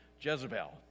Jezebel